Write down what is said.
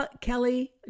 Kelly